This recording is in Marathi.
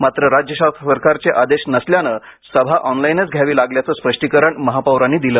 मात्र राज्य सरकारचे आदेश नसल्याने सभा ऑनलाईनच घ्यावी लागल्याचे स्पष्टीकरण महापौरांनी दिलं